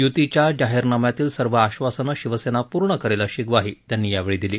युतीच्या जाहीरनाम्यातील सर्व आश्ववासनं शिवसेना पूर्ण करेल अशी ग्वाही त्यांनी यावेळी दिली